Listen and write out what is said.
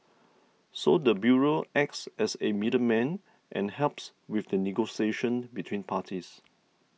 so the bureau acts as a middleman and helps with the negotiation between parties